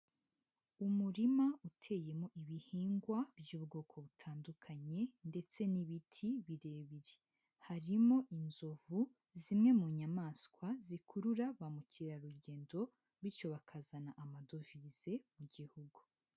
Umurima uteyemo ibihingwa by'ubwoko butandukanye ndetse n'ibiti birebire, harimo inzovu zimwe mu nyamaswa zikurura ba mukerarugendo bityo bakazana amadovize mu gihugu.